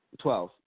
Twelve